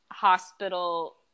Hospital